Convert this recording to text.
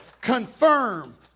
confirm